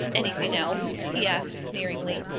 anything else? he asked, sneeringly.